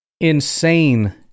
insane